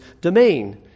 domain